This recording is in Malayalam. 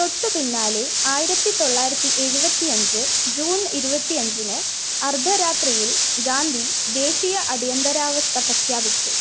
തൊട്ടുപിന്നാലെ ആയിരത്തി തൊള്ളായിരത്തി ഏഴുപത്തിയഞ്ച് ജൂൺ ഇരുപത്തിയഞ്ചിന് അർദ്ധരാത്രിയിൽ ഗാന്ധി ദേശീയ അടിയന്തരാവസ്ഥ പ്രഖ്യാപിച്ചു